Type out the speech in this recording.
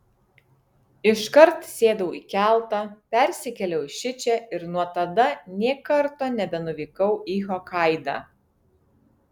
iškart sėdau į keltą persikėliau šičia ir nuo tada nė karto nebenuvykau į hokaidą